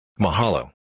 Mahalo